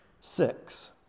Six